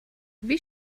wie